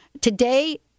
Today